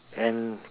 and